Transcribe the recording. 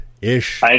ish